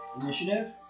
Initiative